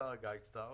אתר הגיידסטאר.